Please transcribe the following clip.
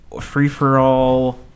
free-for-all